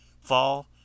Fall